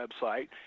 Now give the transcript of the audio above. website